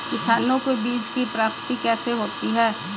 किसानों को बीज की प्राप्ति कैसे होती है?